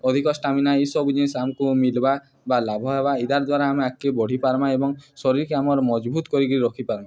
ଅଧିକ ଷ୍ଟାମିନା ଇସବୁ ଜିନିଷ ଆମକୁ ମିଲବା ବା ଲାଭ ହେବା ଇଦାର୍ ଦ୍ୱାରା ଆମେ ଆଗକେ ବଢ଼ି ପାର୍ମା ଏବଂ ଶରୀରକେ ଆମର୍ ମଜବୁତ କରିକି ରଖିପାର୍ମା